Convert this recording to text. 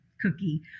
cookie